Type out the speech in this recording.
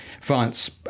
France